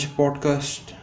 podcast